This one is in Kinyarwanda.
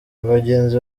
abagenzi